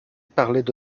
parlaient